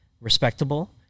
respectable